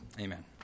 Amen